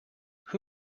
who